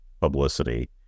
publicity